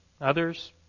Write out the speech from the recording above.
others